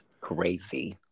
crazy